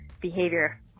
behavior